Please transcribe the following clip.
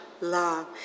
love